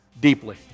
deeply